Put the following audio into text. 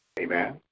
Amen